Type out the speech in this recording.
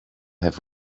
have